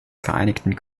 vereinigten